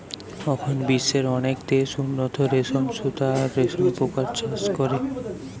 অখন বিশ্বের অনেক দেশ উন্নত রেশম সুতা আর রেশম পোকার চাষ করে